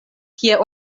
kie